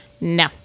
No